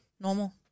normal